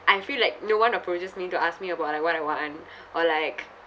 I feel like no one approaches me to ask me about like what I want or like